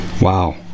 Wow